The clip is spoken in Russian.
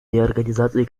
реорганизации